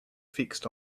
fixed